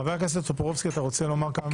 חבר הכנסת טופורובסקי, אתה רוצה לומר משהו?